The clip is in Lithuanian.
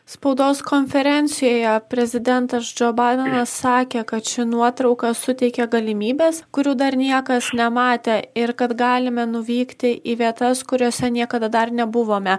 spaudos konferencijoje prezidentas džo baidenas sakė kad ši nuotrauka suteikė galimybes kurių dar niekas nematė ir kad galime nuvykti į vietas kuriose niekada dar nebuvome